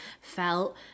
felt